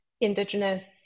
Indigenous